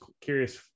curious